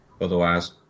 Otherwise